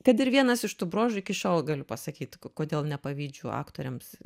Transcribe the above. kad ir vienas iš tų bruožų iki šiol galiu pasakyt kodėl nepavydžiu aktoriams